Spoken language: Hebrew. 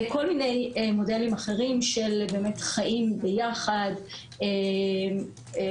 כל מיני מודלים אחרים של חיים ביחד ומסגרות